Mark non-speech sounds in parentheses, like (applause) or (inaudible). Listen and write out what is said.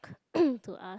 (coughs) to us